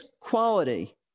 quality